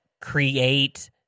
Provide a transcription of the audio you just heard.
create